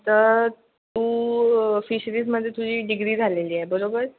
तर तू फिशरीजमध्ये तुझी डिग्री झालेली आहे बरोबर